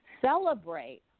Celebrate